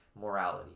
morality